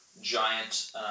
giant